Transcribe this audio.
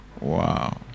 Wow